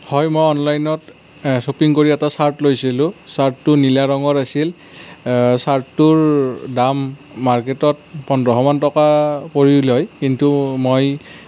হয় মই অনলাইনত ছপিং কৰি এটা ছাৰ্ট লৈছিলোঁ ছাৰ্টটো নীলা ৰঙৰ আছিল ছাৰ্টটোৰ দাম মাৰ্কেটত পোন্ধৰশ মান টকা পৰিলে হয় কিন্তু মই